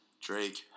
Drake